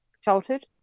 childhood